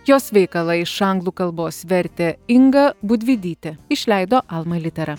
jos veikalą iš anglų kalbos vertė inga budvydytė išleido alma litera